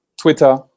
Twitter